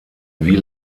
wie